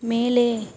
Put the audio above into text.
மேலே